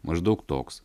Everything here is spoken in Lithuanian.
maždaug toks